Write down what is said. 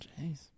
Jeez